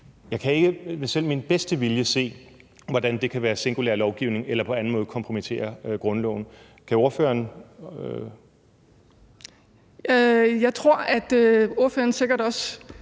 Jeg kan ikke med selv min bedste vilje se, hvordan det kan være singulær lovgivning eller på anden måde kompromittere grundloven. Kan ordføreren det? Kl.